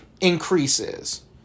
increases